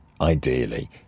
ideally